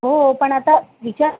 हो पण आता विचार